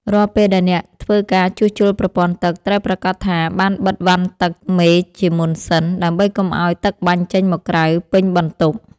រាល់ពេលដែលអ្នកធ្វើការជួសជុលប្រព័ន្ធទឹក ត្រូវប្រាកដថាបានបិទវ៉ាន់ទឹកមេជាមុនសិន ដើម្បីកុំឱ្យទឹកបាញ់ចេញមកក្រៅពេញបន្ទប់។